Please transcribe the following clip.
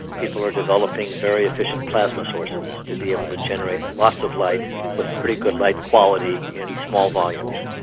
people are developing very efficient plasma sources to be able to generate lots of light with pretty good light quality in small volumes.